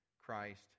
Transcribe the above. Christ